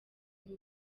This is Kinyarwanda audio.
kuba